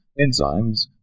enzymes